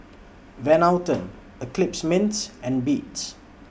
Van Houten Eclipse Mints and Beats